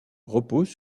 repose